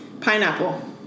Pineapple